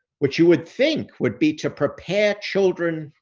which you would think would be to prepare children,